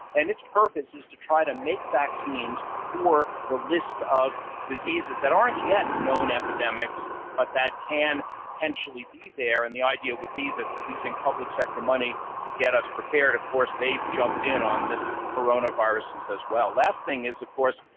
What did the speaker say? and its purpose is to try to make vaccines for the list of diseases that aren't yet known epidemics but that can potentially be there. and the idea would be using public sector money to get us prepared. of course, they jumped in on this coronavirus as well. last thing is, of course,